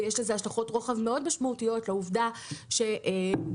ויש השלכות רוחב מאוד משמעותית לעובדה שהמליאה